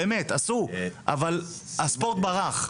עשו, אבל הספורט ברח.